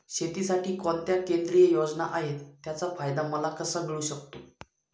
शेतीसाठी कोणत्या केंद्रिय योजना आहेत, त्याचा फायदा मला कसा मिळू शकतो?